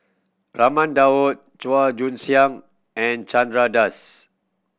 Raman Daud Chua Joon Siang and Chandra Das